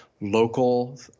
local